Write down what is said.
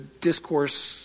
discourse